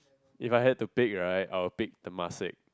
if I had to pick right I'll pick Temasek